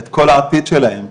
את כל העתיד שלהם,